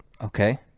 Okay